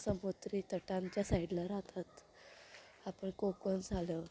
समुद्री तटांच्या साइडला राहतात आपण कोकन झालं